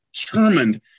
determined